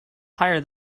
higher